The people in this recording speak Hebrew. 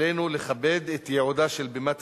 עלינו לכבד את ייעודה של בימת הכנסת,